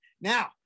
Now